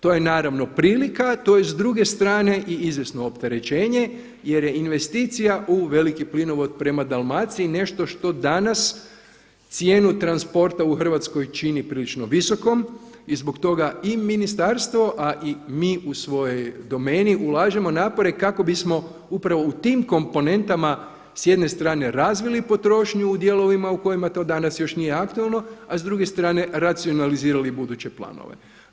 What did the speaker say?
To je napravo prilika, to je s druge strane i izvjesno opterećenje jer je investicija u veliki plinovod prema Dalmaciji nešto što danas cijenu transporta u Hrvatskoj čini prilično visokom i zbog toga i ministarstvo a i mi u svojoj domeni ulažemo napore kako bismo upravo u tim komponentama s jedne strane razvili potrošnju u dijelovima u kojima to danas još nije aktualno a s druge strane racionalizirali buduće planove.